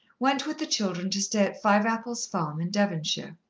went with the children to stay at fiveapples farm in devonshire.